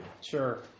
Sure